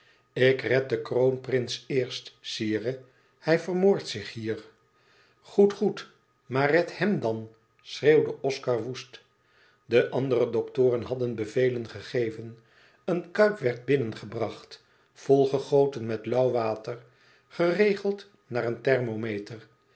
ik red den kroonprins eerst sire hij vermoordt zich hier goed goed maar red hèm dan schreeuwde oscar woest de andere doktoren hadden bevelen gegeven een kuip werd binnengebracht vol gegoten met lauw water geregeld naar een thermometer